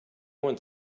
one